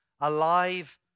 alive